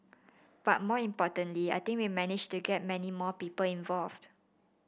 but more importantly I think we've managed to get many more people involved